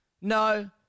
no